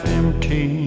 empty